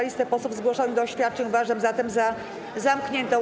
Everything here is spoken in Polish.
Listę posłów zgłoszonych do oświadczeń uważam zatem za zamkniętą.